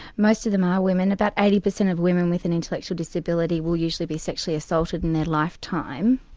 most of them are women, about eighty percent of women with an intellectual disability will usually be sexually assaulted in their lifetime,